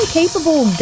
capable